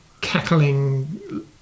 cackling